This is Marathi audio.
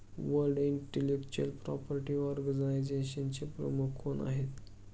वर्ल्ड इंटेलेक्चुअल प्रॉपर्टी ऑर्गनायझेशनचे प्रमुख कोण आहेत?